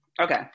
okay